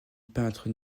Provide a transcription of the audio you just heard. peintre